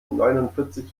neunundvierzig